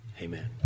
amen